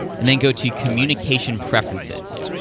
and then go to communication preferences.